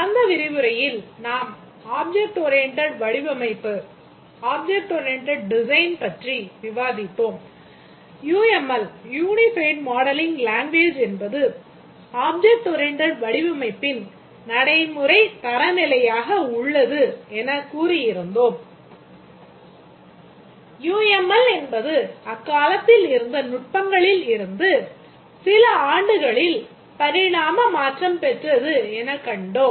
கடந்த விரிவுரையில் நாம் object oriented வடிவமைப்பு என்பது object oriented வடிவமைப்பின் நடைமுறை தரநிலையாக உள்ளது என்று கூறியிருந்தோம் UML என்பது அக்காலத்தில் இருந்த நுட்பங்களில் இருந்து சில ஆண்டுகளில் பரிணாம மாற்றம் பெற்றது எனக் கண்டோம்